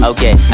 Okay